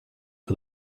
for